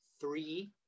Three